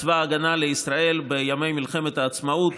צבא ההגנה לישראל בימי מלחמת העצמאות